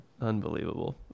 Unbelievable